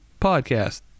podcast